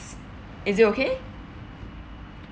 is it okay